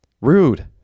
Rude